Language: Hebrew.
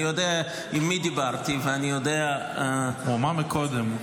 אני יודע עם מי דיברתי ואני יודע --- הוא אמר קודם,